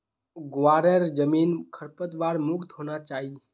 ग्वारेर जमीन खरपतवार मुक्त होना चाई